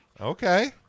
okay